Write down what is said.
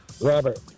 Robert